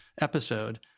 episode